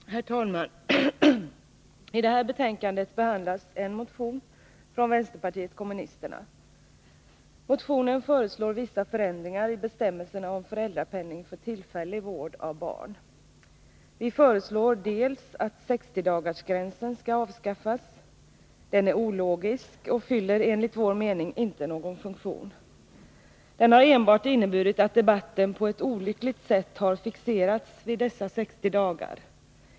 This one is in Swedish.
Herr talman! I det här betänkandet behandlas en motion från vänsterpartiet kommunisterna. I motionen föreslås vissa förändringar i bestämmelserna om föräldrapenning för tillfällig vård av barn. Vi föreslår att 60 dagarsgränsen skall avskaffas. Den är ologisk och fyller enligt vår mening inte någon funktion. Den har enbart inneburit att debatten på ett olyckligt sätt har fixerats vid dessa 60 dagar.